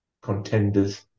contenders